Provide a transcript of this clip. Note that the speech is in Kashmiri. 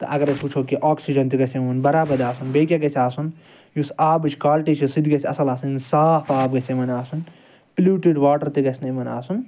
تہٕ اگر أسۍ وٕچھو کہ آکسِجَن گَژھِ یِمَن بَرابَد آسُن بیٚیہِ کیاہ گَژھِ آسُن یُس آبچ کالٹی چھ سُہ تہِ گَژھِ اصل آسٕن صاف آب گَژھِ یِمَن آسُن پلیوٗٹِڈ واٹَر تہِ گَژھِ نہٕ یمن آسُن